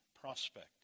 prospect